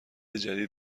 جدید